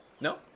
No